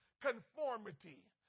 Conformity